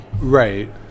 Right